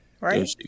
right